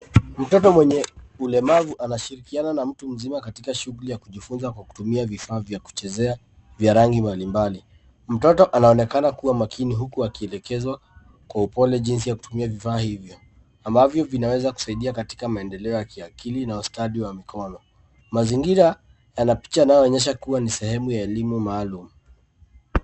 Mtoto mwenye ulemavu anashirikiana na mtu mzima katika shughuli ya kujifunza au kutumia vifaa vya kuchezea vya rangi mbalimbali. Mtoto anaonekana kuwa makini huku akielekezwa kwa upole jinsi ya kutumia vifaa hivyo ambavyo vinaweza kumsaidia katika maendeleo ya kiakili na ustadi wa mikono. Mazingira yana picha ambayo inaonyesha kuwa ni sehemu maalum.